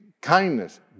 kindness